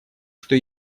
что